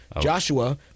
Joshua